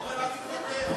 אורן, אל תתפטר.